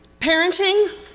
Parenting